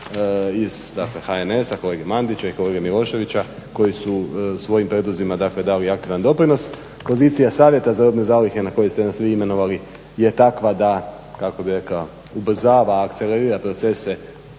HNS-a kolega Mandića i kolege Miloševića koji su svojim prijedlozima dakle dali aktivan doprinos. Pozicija savjeta za robne zalihe na koje ste nas svi imenovali je takva da kako bih rekao ubrzava, akcelerira procese